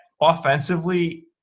offensively